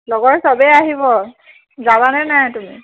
লগৰ চবেই আহিব যাবা নে নাই তুমি